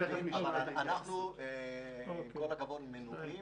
עם כל הכבוד, אנחנו מנועים.